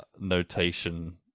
notation